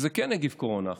שזה כן נגיף קורונה החדש,